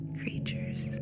creatures